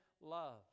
love